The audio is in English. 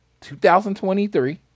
2023